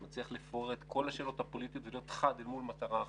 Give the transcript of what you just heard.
מצליח לפורר את כל השאלות הפוליטיות ולהיות חד אל מול מטרה אחת.